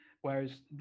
whereas